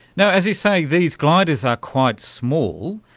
you know as you say, these gliders are quite small.